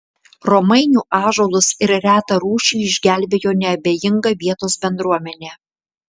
romainių ąžuolus ir retą rūšį išgelbėjo neabejinga vietos bendruomenė